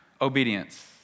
obedience